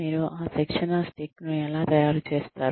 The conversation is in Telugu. మీరు ఆ శిక్షణ స్టిక్ను ఎలా తయారు చేస్తారు